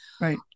Right